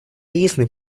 единственный